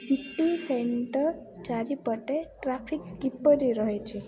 city centre ଚାରିପଟେ traffic କିପରି ରହିଛି